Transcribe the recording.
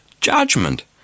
judgment